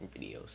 videos